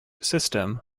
system